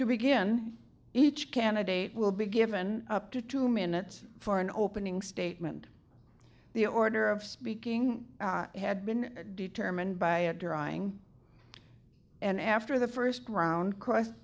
to begin each candidate will be given up to two minutes for an opening statement the order of speaking had been determined by a drawing and after the first round cross